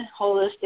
holistic